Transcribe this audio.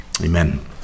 Amen